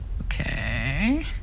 Okay